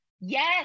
Yes